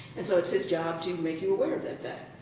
and so it's his job to make you aware of that fact.